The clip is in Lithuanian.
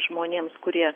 žmonėms kurie